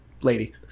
lady